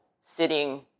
sitting